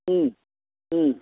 Om Om